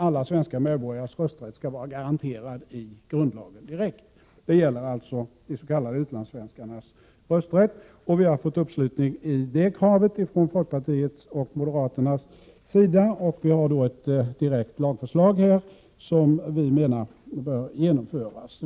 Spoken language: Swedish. Alla svenska medborgares rösträtt skall vara garanterad direkt i grundlagen. Det gäller de s.k. utlandssvenskarnas rösträtt. Centerpartiet har fått uppslutning kring det kravet från folkpartiet och moderaterna, och det finns ett direkt lagförslag som vi menar bör genomföras.